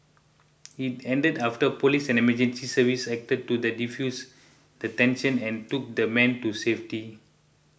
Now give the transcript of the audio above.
it ended after police and emergency services acted to the defuse the tension and took the man to safety